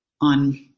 on